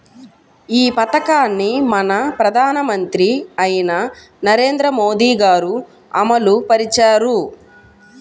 ఈ పథకాన్ని మన ప్రధానమంత్రి అయిన నరేంద్ర మోదీ గారు అమలు పరిచారు